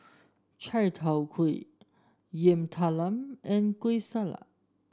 Chai Tow Kway Yam Talam and Kueh Salat